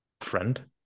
Friend